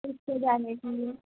जाने कि